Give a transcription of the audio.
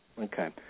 Okay